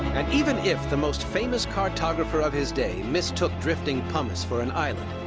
and, even if the most famous cartographer of his day mistook drifting pumice for an island,